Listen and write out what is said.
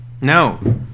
No